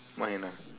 mine ah